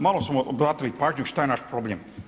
Malo smo obratili pažnju što je naš problem.